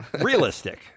Realistic